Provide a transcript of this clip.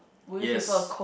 yes